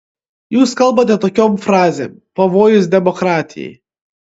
jūs kalbate tokiom frazėm pavojus demokratijai